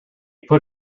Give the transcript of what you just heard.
put